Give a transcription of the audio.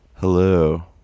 Hello